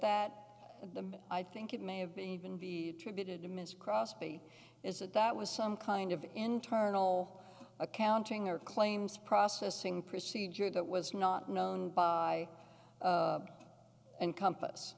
that the i think it may have been even be attributed to mr crosby is that that was some kind of internal accounting or claims processing procedure that was not known by encompass